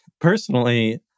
personally